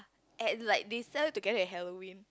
and like they sell it together with Halloween